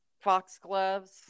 Foxgloves